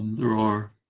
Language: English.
there are